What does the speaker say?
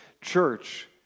church